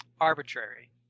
arbitrary